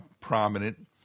prominent